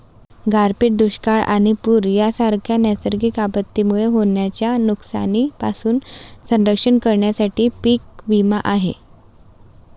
गारपीट, दुष्काळ आणि पूर यांसारख्या नैसर्गिक आपत्तींमुळे होणाऱ्या नुकसानीपासून संरक्षण करण्यासाठी पीक विमा आहे